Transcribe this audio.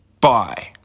Bye